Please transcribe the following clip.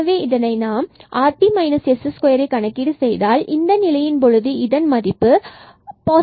எனவே இதனை நாம்rt s2 என கணக்கீடு செய்தால் இந்த நிலையின் பொழுது இதன் மதிப்பு rt பாஸிட்டிவ் ஆகும்